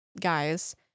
guys